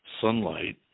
sunlight